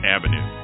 Avenue